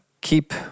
keep